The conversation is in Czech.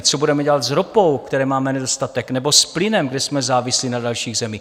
Co budeme dělat s ropou, které máme nedostatek, nebo s plynem, kde jsme závislí na dalších zemích?